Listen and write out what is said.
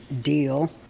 deal